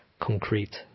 concrete